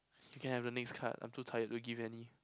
you can have the next card I'm too tired to give any